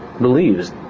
believes